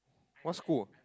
what school